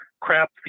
crap